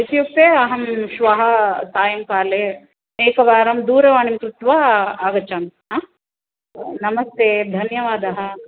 इत्युक्ते अहं श्वः सायङ्काले एकवारं दूरवाणीं कृत्वा आगच्छामि हा नमस्ते धन्यवादः